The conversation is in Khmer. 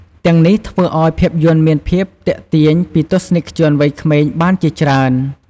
ទាំងនេះធ្វើឱ្យភាពយន្តមានភាពទាក់ទាញពីទស្សនិកជនវ័យក្មេងបានជាច្រើន។